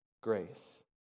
grace